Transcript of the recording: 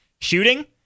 Shooting